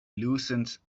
loosened